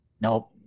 Nope